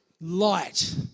light